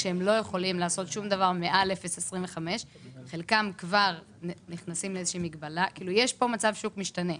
כשהם לא יכולים לעשות שום דבר מעל 0.25. יש פה מצב של שוק משתנה,